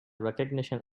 recognition